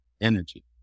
energy